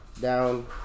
down